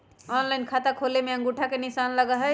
Online खाता खोले में अंगूठा के निशान लगहई?